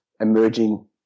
emerging